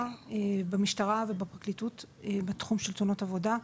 במשטרה ובפרקליטות בתחום של תאונות עבודה.